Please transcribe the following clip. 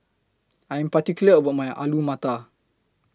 I Am particular about My Alu Matar